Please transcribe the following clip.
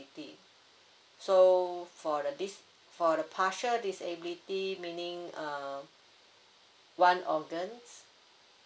so for the dis~ for the partial disability meaning uh one organs